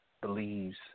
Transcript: believes